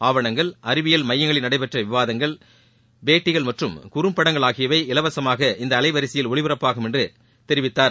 ஆவணங்கள் அறிவியல் மையங்களில் நடைபெற்ற விவாதங்கள் பேட்டிகள் மற்றம் குறம்படங்கள் ஆகியவை இலவசமாக இந்த அலைவரிசையில் ஒளிபரப்பாகும் என்று தெரிவித்தார்